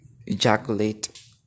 ejaculate